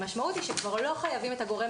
המשמעות היא שכבר לא חייבים את הגורם